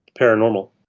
paranormal